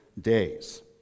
days